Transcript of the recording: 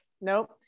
Nope